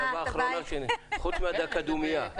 חוץ מדקת דומייה.